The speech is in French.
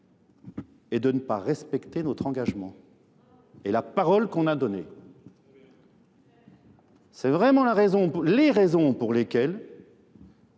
et de ne pas respecter notre engagement et la parole qu'on a donnée. C'est vraiment les raisons pour lesquelles